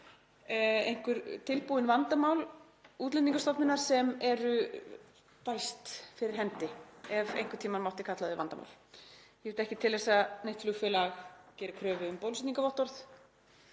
einhver tilbúin vandamál Útlendingastofnunar sem eru fæst fyrir hendi, ef einhvern tímann mátti kalla þau vandamál. Ég veit ekki til þess að nýtt flugfélag geri kröfu um bólusetningarvottorð